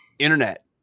internet